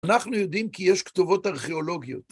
אנחנו יודעים כי יש כתובות ארכיאולוגיות.